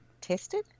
tested